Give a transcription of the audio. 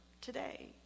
today